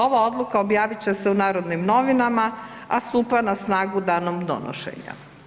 Ova odluka objavit će se u Narodnim novinama, a stupa na snagu danom donošenja.